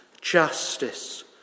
justice